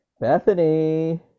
bethany